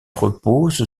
repose